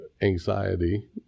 anxiety